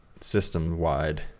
system-wide